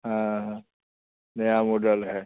हाँ नया मोडल है